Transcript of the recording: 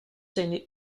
seine